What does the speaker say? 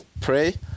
pray